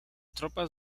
tropas